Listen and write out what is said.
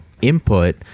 input